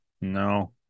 No